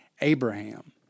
Abraham